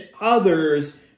others